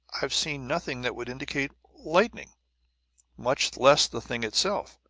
i've seen nothing that would indicate lightning much less the thing itself.